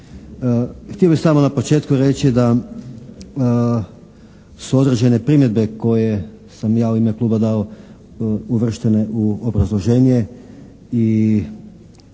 Htio bi samo na početku reći da su određene primjedbe koje sam ja u ime Kluba dao uvrštene u obrazloženje i da